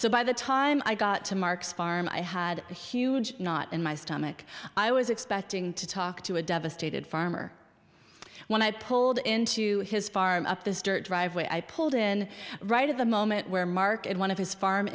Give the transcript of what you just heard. so by the time i got to mark's farm i had a huge knot in my stomach i was expecting to talk to a devastated farmer when i pulled into his farm up this dirt driveway i pulled in right at the moment where mark and one of his farm